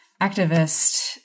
activist